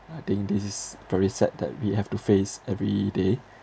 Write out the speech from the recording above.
I think this is very sad that we have to face everyday